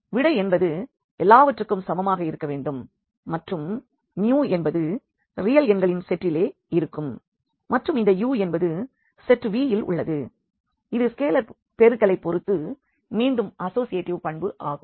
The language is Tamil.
விடை என்பது எல்லாவற்றிற்கும் சமமாக இருக்க வேண்டும் மற்றும் என்பது ரியல் எண்களின் செட்டிலே இருக்கும் மற்றும் இந்த u என்பது செட் V இல் உள்ளது மற்றும் இது ஸ்கேலார் பெருக்கலைப் பொறுத்து மீண்டும் அஸ்சோஷியேட்டிவ் பண்பு ஆகும்